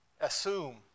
assume